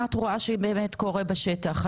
מה את רואה שבאמת קורה בשטח?